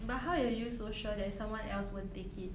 but how are you so sure that someone else won't take it